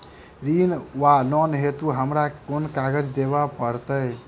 ऋण वा लोन हेतु हमरा केँ कागज देबै पड़त?